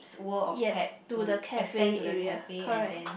yes to the cafe area correct